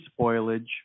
spoilage